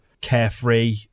carefree